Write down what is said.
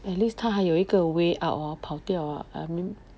at least 他还有一个 way out ah 跑掉 ah I mean